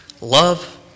love